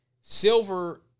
silver